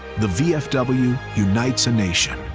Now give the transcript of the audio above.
the vfw unites a nation,